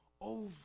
over